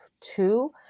Two